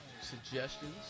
suggestions